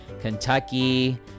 kentucky